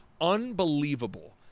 unbelievable